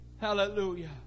Hallelujah